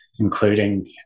including